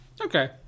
Okay